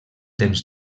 temps